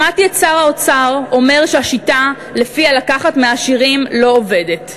שמעתי את שר האוצר אומר שהשיטה של לקחת מהעשירים לא עובדת.